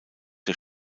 der